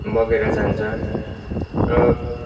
बगेर जान्छ र